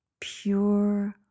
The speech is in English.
pure